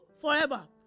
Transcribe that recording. forever